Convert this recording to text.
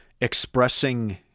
expressing